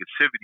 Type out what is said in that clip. negativity